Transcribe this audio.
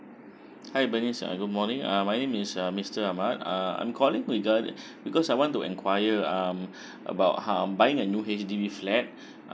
hi bernice uh good morning uh my name is uh mister ahmad uh I'm calling regard because I want to inquire um about um buying a new H_D_B flat